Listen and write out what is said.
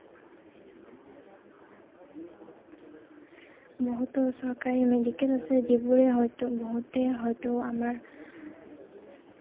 বহুতো চৰকাৰী মেডিকেল আছে যিবোৰে হয়তো বহুতে হয়তু আমাৰ